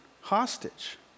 hostage